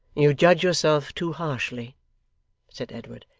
you judge yourself too harshly said edward.